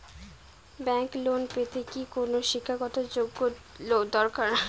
Bank loan পেতে কি কোনো শিক্ষা গত যোগ্য দরকার?